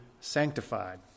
sanctified